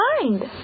mind